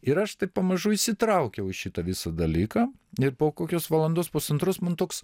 ir aš taip pamažu įsitraukiau į šitą visą dalyką ir po kokios valandos pusantros man toks